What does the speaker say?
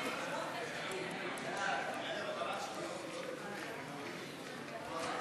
חוק להסדרת הביטחון בגופים ציבוריים (הוראת שעה),